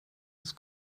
his